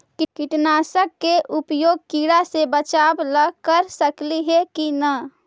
कीटनाशक के उपयोग किड़ा से बचाव ल कर सकली हे की न?